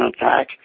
attack